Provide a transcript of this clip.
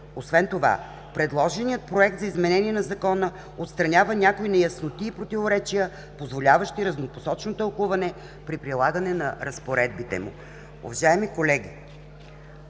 Освен това, предложеният Проект за изменение на Закона отстранява някои неясноти и противоречия, позволяващи разнопосочно тълкуване при прилагане на разпоредбите му.